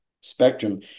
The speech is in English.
spectrum